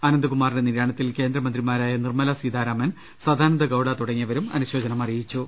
അനന്ത്കുമാറിന്റെ നീർ്യാണ്ത്തിൽ കേന്ദ്ര മന്ത്രിമാരായ നിർമല സീതാരാമൻ സദാനന്ദ ഗൌഡ് തുടങ്ങിയവരും അനുശോചിച്ചു